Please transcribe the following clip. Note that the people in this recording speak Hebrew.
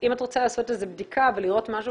אם את רוצה לעשות בדיקה ולראות משהו,